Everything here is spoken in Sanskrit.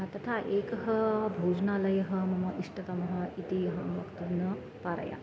तथा एकः भोजनालयः मम इष्टतमः इति अहं वक्तुं न पारयामि